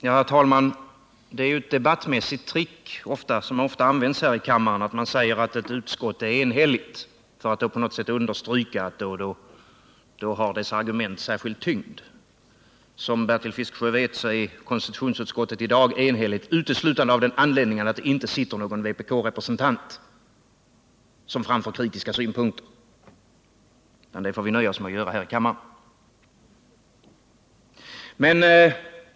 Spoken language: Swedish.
Herr talman! Ett debattmässigt trick som ofta används här i kammaren är att säga att ett utskott är enhälligt för att på något sätt understryka att dess argument har särskild tyngd. Som Bertil Fiskesjö vet är konstitutionsutskottet i dag enhälligt uteslutande av den anledningen att där inte finns någon vpk-representant som framför kritiska synpunkter. Det får vi nöja oss med att göra här i kammaren.